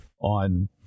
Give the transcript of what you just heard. on